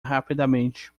rapidamente